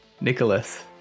Nicholas